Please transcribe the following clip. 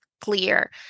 clear